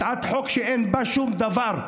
הצעת חוק שאין בה שום דבר,